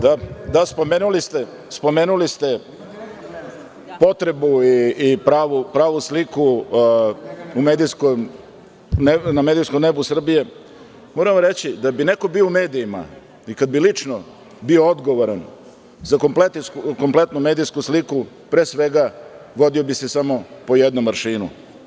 Da, spomenuli ste potrebu i pravu sliku na medijskom nebu Srbije i moram reći, da bi neko bio u medijima i kada bi lično bio odgovoran za kompletnu medijsku sliku, pre svega, vodio bi se samo po jednom aršinu.